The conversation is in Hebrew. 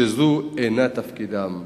כשזה אינו תפקידם.